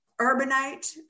urbanite